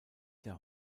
der